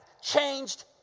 changed